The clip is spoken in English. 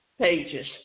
pages